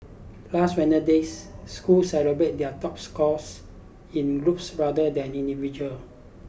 last Wednesday's schools celebrated their top scorers in groups rather than individual